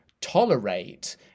tolerate